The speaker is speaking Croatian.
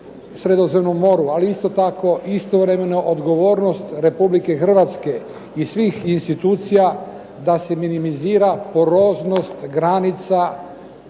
Sredozemnom moru, ali isto tako istovremeno odgovornost RH i svih institucija da se minimizira poroznost granica